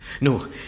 No